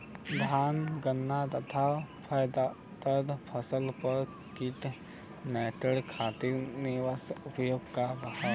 धान गन्ना तथा फलदार फसल पर कीट नियंत्रण खातीर निवारण उपाय का ह?